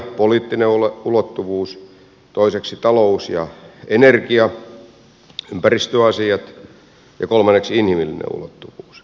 poliittinen ulottuvuus toiseksi talous ja energia ympäristöasiat ja kolmanneksi inhimillinen ulottuvuus